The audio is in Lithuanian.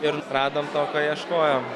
ir radom to ko ieškojom